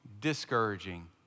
discouraging